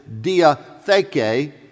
diatheke